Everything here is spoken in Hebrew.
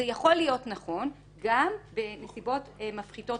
זה יכול להיות נכון גם בנסיבות מפחיתות